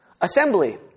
Assembly